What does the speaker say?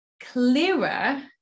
clearer